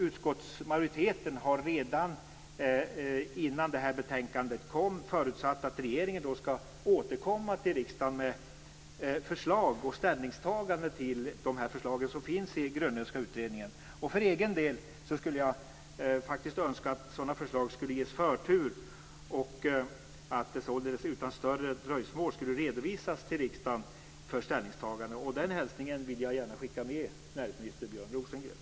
Utskottsmajoriteten har redan innan betänkandet kom förutsatt att regeringen skall återkomma till riksdagen med förslag och ställningstaganden till de förslag som finns i Grönlundska utredningen. För egen del skulle jag önska att sådana förslag skulle ges förtur och att de således utan större dröjsmål skulle redovisas till riksdagen för ställningstagande. Den hälsningen vill jag gärna skicka med näringsminister Björn Rosengren.